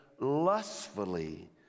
lustfully